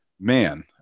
man